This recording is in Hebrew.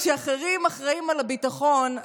כשאחרים אחראים לביטחון,